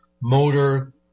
motor